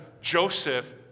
Joseph